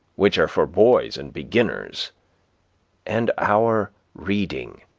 which are for boys and beginners and our reading,